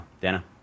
Dana